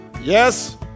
Yes